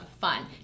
fun